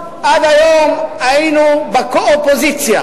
עד היום היינו בקו-אופוזיציה